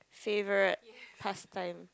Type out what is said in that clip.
favourite pastime